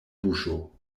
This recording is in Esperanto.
buŝo